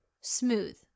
smooth